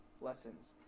lessons